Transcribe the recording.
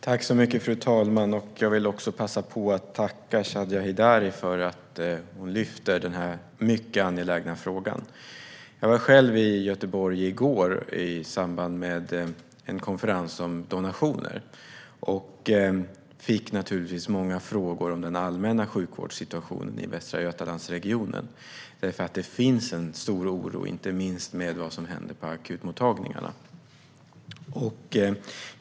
Fru talman! Jag vill passa på att tacka Shadiye Heydari för att hon lyfter den här mycket angelägna frågan. Jag var själv i Göteborg i går i samband med en konferens om donationer. Jag fick naturligtvis många frågor om den allmänna sjukvårdssituationen i Västra Götalandsregionen därför att det finns en stor oro, inte minst när det gäller vad som händer på akutmottagningarna.